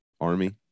Army